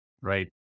right